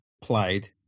played